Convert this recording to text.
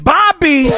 Bobby